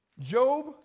Job